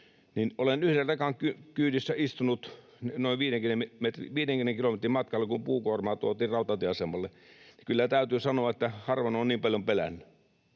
olen yhden rekan kyydissä istunut noin 50 kilometrin matkalla, kun puukuormaa tuotiin rautatieasemalle, niin kyllä täytyy sanoa, että harvoin olen niin paljon pelännyt.